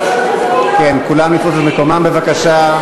כן, כולם לתפוס את מקומם, בבקשה.